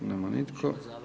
Nema nitko.